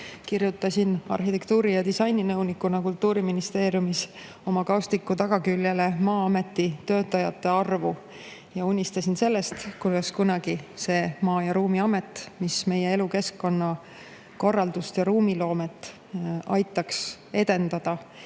kirjutasin arhitektuuri‑ ja disaininõunikuna Kultuuriministeeriumis oma kaustiku tagaküljele Maa-ameti töötajate arvu ja unistasin sellest, kuidas kunagi [luuakse] maa- ja ruumiamet, mis aitaks meie elukeskkonna korraldust ja ruumiloomet edendada,